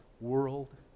world